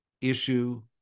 issue